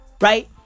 right